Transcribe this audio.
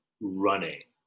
running